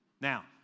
now